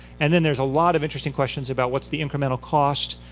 and then there's a lot of interesting questions about what's the incremental cost?